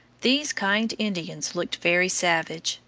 these kind indians looked very savage.